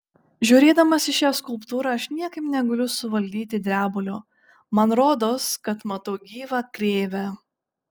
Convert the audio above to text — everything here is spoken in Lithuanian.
žiūrėdamas į šią skulptūrą aš niekaip negaliu suvaldyti drebulio man rodos kad matau gyvą krėvę